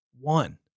One